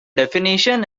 definition